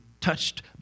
touched